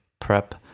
prep